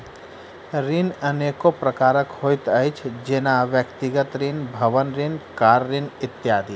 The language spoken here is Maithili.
ऋण अनेको प्रकारक होइत अछि, जेना व्यक्तिगत ऋण, भवन ऋण, कार ऋण इत्यादि